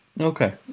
Okay